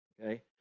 okay